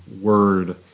word